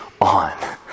on